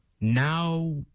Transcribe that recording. now